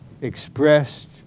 expressed